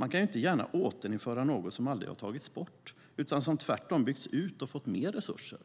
Man kan ju inte gärna återinföra något som aldrig har tagits bort utan som tvärtom byggts ut och fått mer resurser.